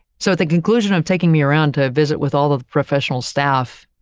so, at the conclusion of taking me around to visit with all the professional staff,